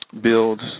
build